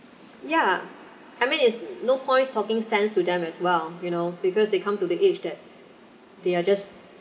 ya I mean is no point talking sense to them as well you know because they come to the age that they are just